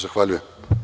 Zahvaljujem.